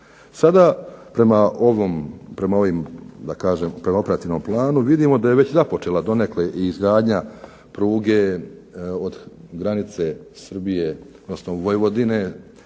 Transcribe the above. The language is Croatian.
Sada prema operativnom planu vidimo da je započela izgradnja pruge od granice Srbije, od Tovarnika